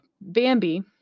Bambi